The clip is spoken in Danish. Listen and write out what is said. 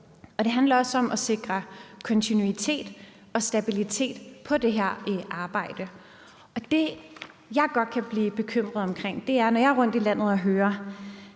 det handler også om at sikre kontinuitet og stabilitet i forhold til det her arbejde. Det, jeg godt kan blive bekymret over, når jeg er rundt i landet og høre